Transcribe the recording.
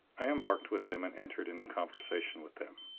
i embarked with them and entered into conversation with them.